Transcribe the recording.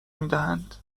میدهند